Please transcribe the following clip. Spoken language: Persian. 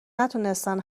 نتونستن